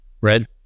red